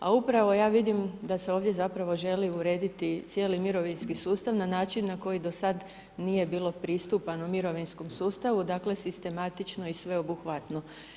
A upravo, ja vidim, da se ovdje zapravo želi urediti cijeli mirovinski sustav, na način, koji do sada nije bilo pristupano mirovinskom sustavom, dakle, sistematično i sveobuhvatno.